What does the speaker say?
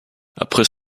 après